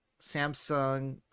Samsung